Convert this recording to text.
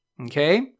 okay